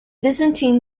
byzantine